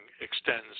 extends